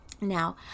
Now